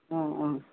অঁ অঁ